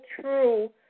true